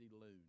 loon